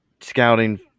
scouting